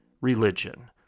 religion